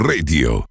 Radio